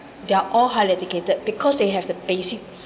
they're all highly educated because they have the basic